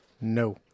No